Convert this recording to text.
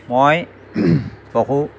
মই পশু